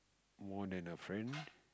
more than a friend